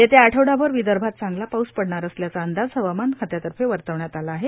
येत्या आठवडाभर विदर्भात चांगला पाऊस पडणार असल्याचा अंदाज हवामान खात्यातर्फे वर्तवण्यात आला आहे